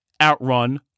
outrun